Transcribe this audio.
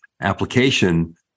application